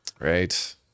Right